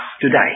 today